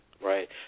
right